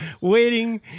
waiting